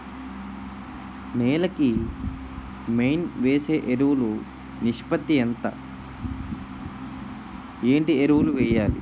నేల కి మెయిన్ వేసే ఎరువులు నిష్పత్తి ఎంత? ఏంటి ఎరువుల వేయాలి?